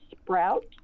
sprout